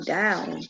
down